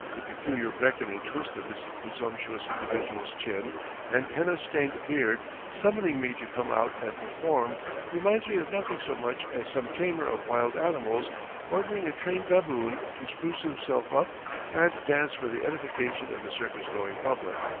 the peculiar beckoning twist of this presumptuous individual's chin and henna-stained beard summoning me to come out and perform reminds me of nothing so much as some tamer of wild animals ordering a trained baboon to spruce himself up and dance for the edification of the circus-going public.